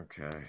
okay